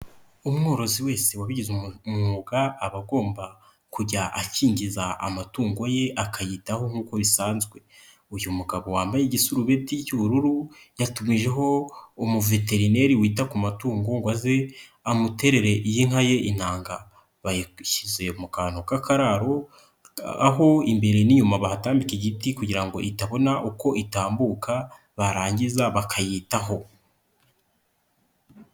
Umworozi wese wabigize umwuga aba agomba kujya akingiza amatungo ye akayitaho nk'uko bisanzwe. Uyu mugabo wambaye igisurubeti cy'ubururu yatumijeho umuveterineri wita ku matungo ngo aze amuterere iyi nka ye intanga. Bayishyize mu kantu k'akararo aho imbere n'inyuma bahatambika igiti kugira ngo itabona uko itambuka barangiza bakayitaho.